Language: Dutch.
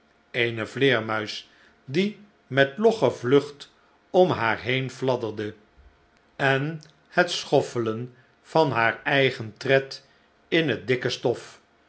eene vleermuis diemetlogge vlucht om haar heen fladderde en het schoffelen van haar eigen tred in bet dikke stof